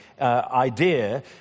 idea